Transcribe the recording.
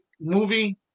movie